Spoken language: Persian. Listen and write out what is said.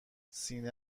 سینه